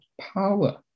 power